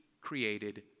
created